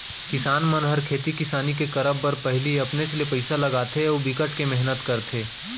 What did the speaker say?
किसान मन ह खेती किसानी के करब बर पहिली अपनेच ले पइसा लगाथे अउ बिकट के मेहनत करथे